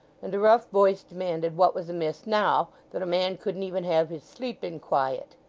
and a rough voice demanded what was amiss now, that a man couldn't even have his sleep in quiet.